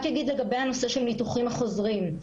לגבי הנושא של הניתוחים החוזרים: